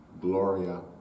Gloria